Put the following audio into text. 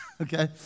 Okay